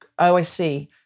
OSC